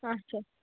اَچھا